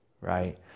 Right